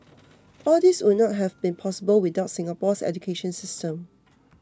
all these would not have been possible without Singapore's education system